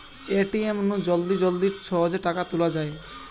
ATM নু জলদি জলদি সহজে টাকা তুলা যায়